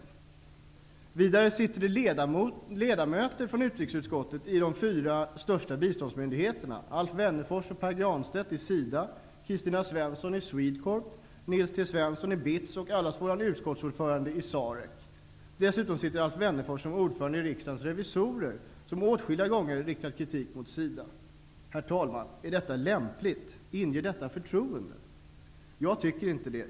I de fyra största biståndsmyndigheterna sitter ledamöter från utrikesutskottet: Alf Wennerfors och Pär Granstedt i SIDA, Kristina Svensson i SwedeCorp, Nils T Svensson i BITS och allas vår utskottsordförande i SAREC. Dessutom är Alf Wennerfors ordförande i Riksdagens revisorer, som åtskilliga gånger har riktat kritik mot SIDA. Herr talman! Är detta lämpligt? Inger detta förtroende? Jag tycker inte det.